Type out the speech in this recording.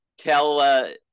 Tell